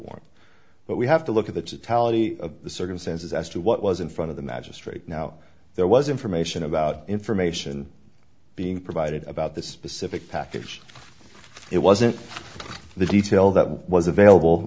war but we have to look at the tally of the circumstances as to what was in front of the magistrate now there was information about information being provided about the specific package it wasn't the detail that was available